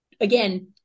again